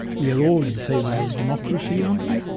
we are all in favour of democracy, aren't we?